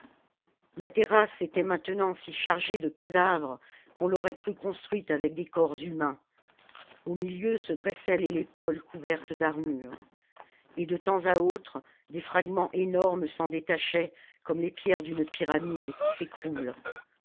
la terrasse était maintenant si chargée de cadavres qu'on l'aurait crue construite avec des corps humains au milieu se dressait l'hélépole couverte d'armures et de temps à autre des fragments énormes s'en détachaient comme les pierres d'une pyramide qui s'écroule